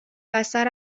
بستر